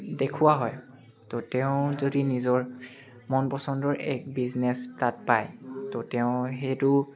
দেখুওৱা হয় ত' তেওঁ যদি নিজৰ মন পচন্দৰ এক বিজনেছ তাত পায় ত' তেওঁ সেইটো